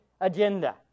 agenda